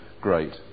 great